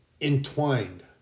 entwined